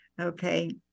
Okay